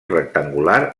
rectangular